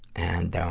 and, um,